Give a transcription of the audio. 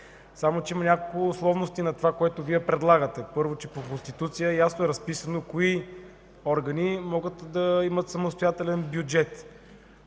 ниво. Има няколко условности на това, което Вие предлагате. Първо, че по Конституция ясно е разписано кои органи могат да имат самостоятелен бюджет.